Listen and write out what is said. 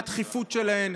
מה התכיפות שלהן?